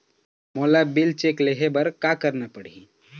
मोला bill check ले हे बर का करना पड़ही ही?